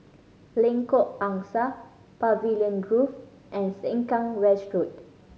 Lengkok Angsa Pavilion Grove and Sengkang West Road